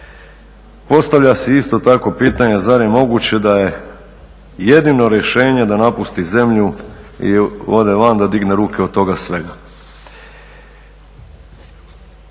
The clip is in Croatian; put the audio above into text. Postavlja se isto tako pitanje zar je moguće da je jedino rješenje da napusti zemlju i ode van da digne ruke od toga svega.